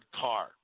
car